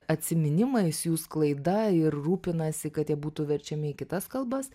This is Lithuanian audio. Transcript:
atsiminimais jų sklaida ir rūpinasi kad jie būtų verčiami į kitas kalbas